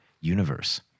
universe